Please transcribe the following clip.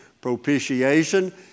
Propitiation